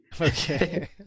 Okay